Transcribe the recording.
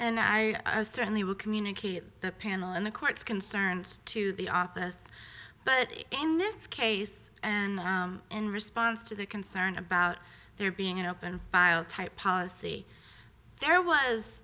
and i certainly will communicate the panel in the court's concerns to the office but in this case and in response to the concern about there being an open file type policy there was